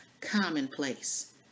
commonplace